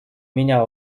меня